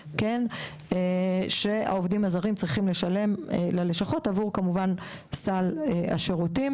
שעובדים הזרים צריכים לשלם ללשכות עבור סל השירותים.